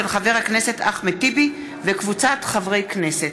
של חבר הכנסת אחמד טיבי וקבוצת חברי כנסת.